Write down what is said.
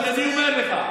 אבל אני אומר לך,